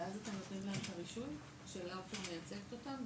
ואז אתה נותן להם את הרישום שלאופר מייצגת אותם?